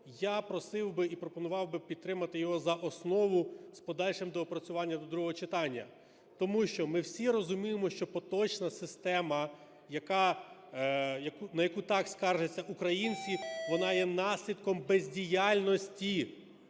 я просив би і пропонував би підтримати його за основу з подальшим доопрацюванням до другого читання, тому що ми всі розуміємо, що поточна система, яка… на яку так скаржаться українці, вона є наслідком бездіяльності,